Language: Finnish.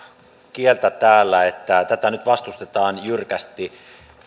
kieltä täällä että tätä nyt vastustetaan jyrkästi